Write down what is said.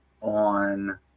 on